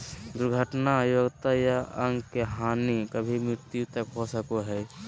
दुर्घटना अयोग्यता या अंग के हानि कभी मृत्यु तक हो सको हइ